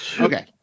Okay